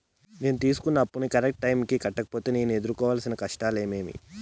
నేను తీసుకున్న అప్పును కరెక్టు టైముకి కట్టకపోతే నేను ఎదురుకోవాల్సిన కష్టాలు ఏమీమి?